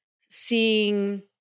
seeing